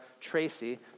Tracy